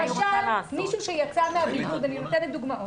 למשל מישהו שיצא מן הבידוד,